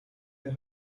they